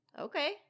Okay